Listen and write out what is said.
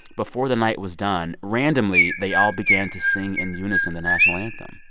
before the night was done, randomly, they all began to sing, in unison, the national anthem.